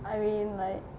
I mean like